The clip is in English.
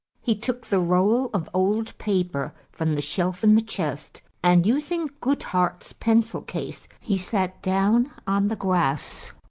he took the roll of old paper from the shelf in the chest, and using goodhart's pencil-case, he sat down on the grass,